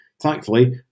Thankfully